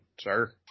sir